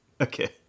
Okay